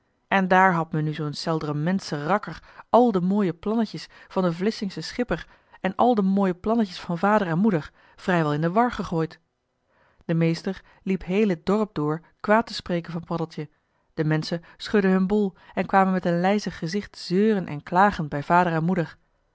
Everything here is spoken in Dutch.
en daar had me nu zoo'n seldrementsche rakker al de mooie plannetjes van den vlissingschen schipper en al de mooie plannetjes van vader en moeder vrijwel in de war gegooid de meester liep heel het dorp door kwaad te spreken van paddeltje de menschen schudden hun bol en kwamen met een lijzig gezicht zeuren en klagen bij vader en moeder